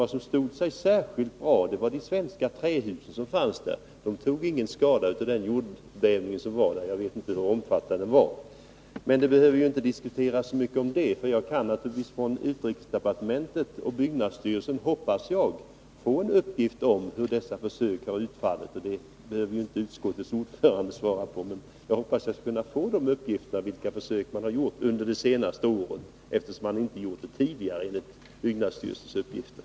Vid det tillfället stod sig de svenska trähus som fanns i området mycket bra och klarade sig utan större skador. Jag vet dock inte hur omfattande jordbävningen var. Jag behöver inte tala mera om detta, eftersom jag hoppas att från utrikesdepartementet och byggnadsstyrelsen kunna få uppgift om hur försöken på området har utfallit. Utskottets ordförande behöver inte svara på den frågan. Försöken har tydligen pågått under de senaste åren — enligt byggnadsstyrelsens uppgifter åtminstone inte under någon längre period dessförinnan.